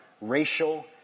racial